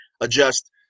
adjust